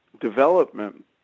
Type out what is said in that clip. development